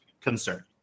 concern